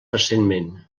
recentment